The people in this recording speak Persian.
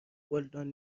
گلدان